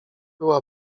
była